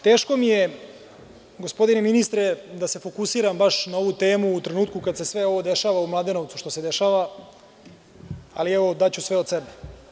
Teško mi je, gospodine ministre, da se fokusiram baš na ovu temu u trenutku kada se sve ovo dešava u Mladenovcu što se dešava, ali daću sve od sebe.